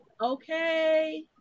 Okay